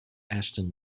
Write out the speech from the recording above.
ashton